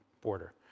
border